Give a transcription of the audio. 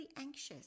anxious